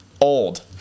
old